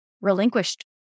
relinquished